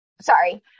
sorry